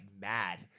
mad